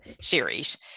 Series